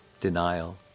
denial